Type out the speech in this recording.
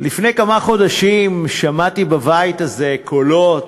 לפני כמה חודשים שמעתי בבית הזה קולות: